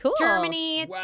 Germany